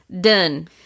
Done